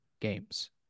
games